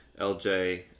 LJ